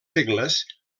segles